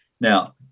Now